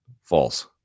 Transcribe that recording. False